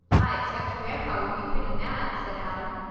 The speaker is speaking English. i expect grandpa will be pretty mad, said adam.